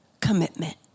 commitment